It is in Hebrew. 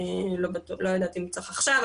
לא יודעת אם צריך עכשיו,